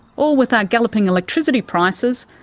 or with our galloping electricity prices,